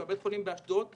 בית החולים באשדוד,